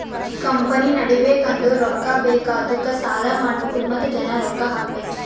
company ನಡಿಬೇಕ್ ಅಂದುರ್ ರೊಕ್ಕಾ ಬೇಕ್ ಅದ್ದುಕ ಸಾಲ ಮಾಡ್ಬಹುದ್ ಮತ್ತ ಜನ ರೊಕ್ಕಾ ಹಾಕಬೇಕ್